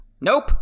Nope